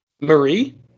Marie